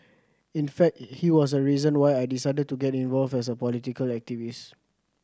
in fact he was a reason why I decided to get involved as a political activist